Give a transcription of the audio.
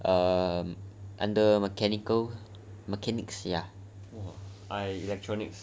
um under mechanical uh mechanics ya !wah!